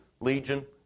legion